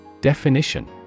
Definition